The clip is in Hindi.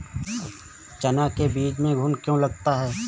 चना के बीज में घुन क्यो लगता है?